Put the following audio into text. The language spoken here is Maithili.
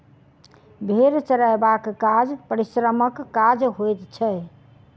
भेंड़ चरयबाक काज परिश्रमक काज होइत छै